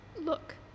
Look